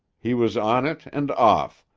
he was on it and off,